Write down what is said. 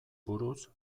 buruz